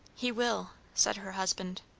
he will said her husband.